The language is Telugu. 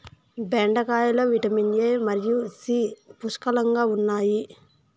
బెండకాయలో విటమిన్ ఎ మరియు సి పుష్కలంగా ఉన్నాయి